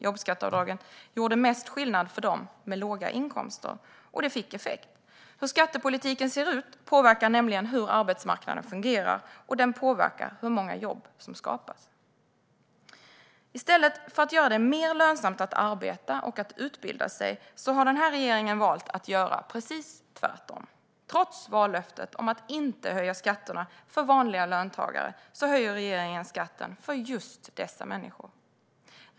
Jobbskatteavdraget gjorde mest skillnad för dem med låga inkomster. Och det fick effekt. Hur skattepolitiken ser ut påverkar nämligen hur arbetsmarknaden fungerar, och den påverkar hur många jobb som skapas. I stället för att göra det mer lönsamt att arbeta och att utbilda sig har S och MP-regeringen valt att göra precis tvärtom. Trots vallöftet om att inte höja skatterna för vanliga löntagare höjer regeringen skatten för just dessa människor.